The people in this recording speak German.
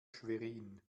schwerin